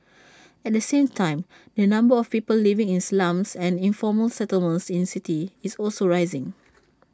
at the same time the number of people living in slums and informal settlements in cities is also rising